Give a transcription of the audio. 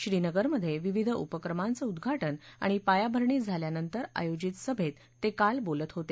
श्रीनगरमधे विविध उपक्रमांचं उद्घाटन आणि पायाभरणी झाल्यानंतर आयोजित सभेत ते काल बोलत होते